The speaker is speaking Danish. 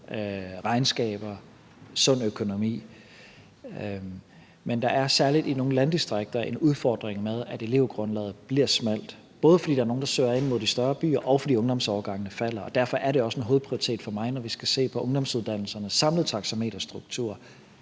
regnskaber og sund økonomi, men der er særlig i nogle landdistrikter en udfordring med, at elevgrundlaget bliver smalt, både fordi der er nogle, der søger ind mod de større byer, og fordi ungdomsårgangene falder, og derfor er det også er en hovedprioritet for mig, når vi skal se på ungdomsuddannelsernes samlede taxameterstruktur,